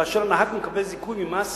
כאשר הנהג מקבל זיכוי ממס